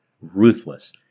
ruthless